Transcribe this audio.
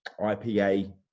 IPA